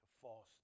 false